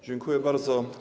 Dziękuję bardzo.